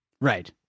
right